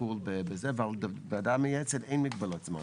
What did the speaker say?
הטיפול בזה ועל הוועדה המייעצת אין מגבלות של זמן.